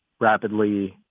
rapidly